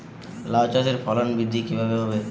লাউ চাষের ফলন বৃদ্ধি কিভাবে হবে?